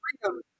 freedom